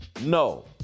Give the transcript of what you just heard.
No